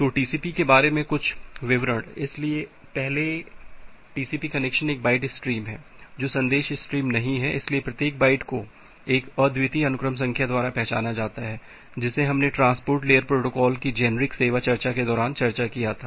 तो टीसीपी के बारे में कुछ विवरण इसलिए सबसे पहले टीसीपी कनेक्शन एक बाइट स्ट्रीम है जो संदेश स्ट्रीम नहीं है इसलिए प्रत्येक बाइट को एक अद्वितीय अनुक्रम संख्या द्वारा पहचाना जाता है जिसे हमने ट्रांसपोर्ट लेयर प्रोटोकॉल की जेनेरिक सेवा चर्चा के दौरान चर्चा किया था